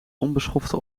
onbeschofte